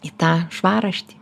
į tą švarraštį